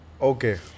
Okay